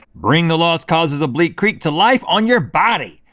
bring the lost causes of bleak creek to life on your body.